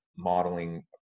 modeling